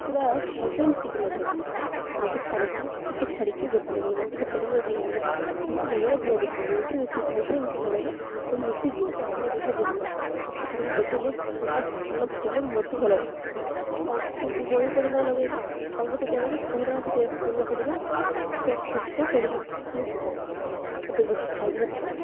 ପୁରା ମିଶାଇ ମିଶାଇକି ଲଗାଇବାର ଗୋଟେ ଛାଡ଼ିକି ଟିକେ ଛାଡ଼ିକି ଗୋଟେ ଲଗାଇବା ଟିକେ ଛାଡ଼ିକି ଗୋଟେ ଲଗାଇବା ଏମିତି ଲଗାଇଲେ ଭଲ ଦେଖାଯିବ ମିଶାଇ ମିଶାଇ ମିଶି ଲଗାଇଲେ ସବୁ ମିଶିଯିବ ଭଲ ଦେଖାଯିବ ନାଇଁ ଗୋଟେ ଛାଡ଼ିକି ଗୋଟାଇଲେ ସେ ଫୁଲ ଫୁଲ ଫୁଟାଇଲେ ମତ ଭଲ ଦେଖାଯିବ ଆଉ ସେମିତି ପନିପରିବା ଲଗାଇଲେ ଆଉ ଗୋଟେ ଜାଗାରେ ପୁରା ସେ ପନିପରିବା ସେ ସେଠିି ପନିପରିବା ତ ସବୁ ଥିବ ଗୋଟେ ଗୋଟେ ସାଇଜ୍ରେ ଥିବ